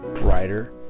brighter